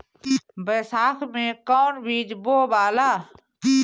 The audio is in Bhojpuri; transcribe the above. बैसाख मे कौन चीज बोवाला?